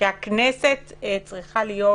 שהכנסת צריכה להיות